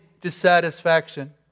dissatisfaction